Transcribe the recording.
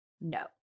no